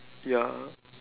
ya